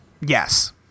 Yes